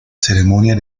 ceremonia